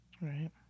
Right